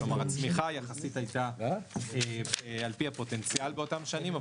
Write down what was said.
כלומר הצמיחה יחסית הייתה על פי הפוטנציאל באותם שנים,